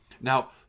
Now